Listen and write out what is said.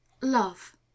love